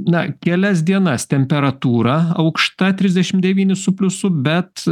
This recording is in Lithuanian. na kelias dienas temperatūra aukšta trisdešim devyni su pliusu bet